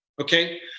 okay